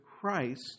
Christ